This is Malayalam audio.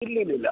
ഇല്ല ഇല്ല ഇല്ല